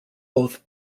both